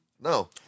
No